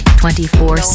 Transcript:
24